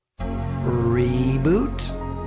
reboot